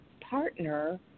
partner